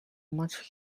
much